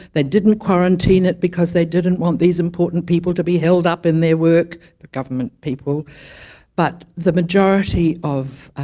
they didn't quarantine it because they didn't want these important people to be held up in their work the government people but the majority of